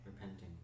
repenting